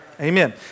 Amen